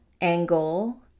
angle